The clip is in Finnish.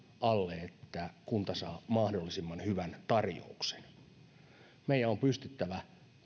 alle että kunta saa mahdollisimman hyvän tarjouksen meidän on pystyttävä